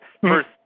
first